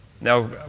Now